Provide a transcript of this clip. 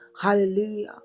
Hallelujah